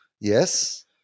Yes